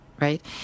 right